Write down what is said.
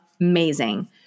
amazing